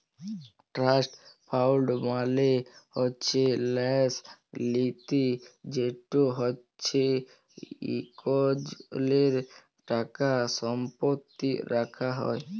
trust fund মালে হছে ল্যাস লিতি যেট হছে ইকজলের টাকা সম্পত্তি রাখা হ্যয়